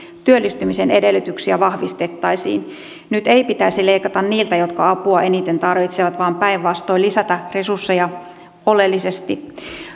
työllistymisen edellytyksiä vahvistettaisiin nyt ei pitäisi leikata niiltä jotka apua eniten tarvitsevat vaan päinvastoin lisätä resursseja oleellisesti